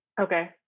Okay